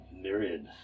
myriad